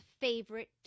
favorite